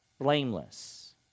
blameless